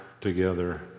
together